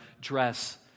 dress